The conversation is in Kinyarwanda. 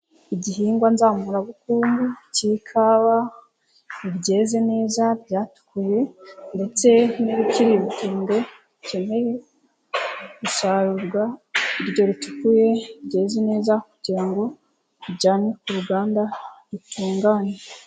Igihingwa nzambubukungu cy'ikawa byeyeze neza byatukuye ndetse n'ibikiri ibitembwe bikeneye gusarurwa iryo ritukuye ryeze neza kugira ngo tujyane ku ruganda itunganye.